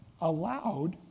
allowed